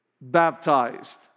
baptized